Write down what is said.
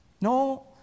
No